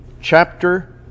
chapter